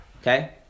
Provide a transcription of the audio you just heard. Okay